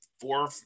four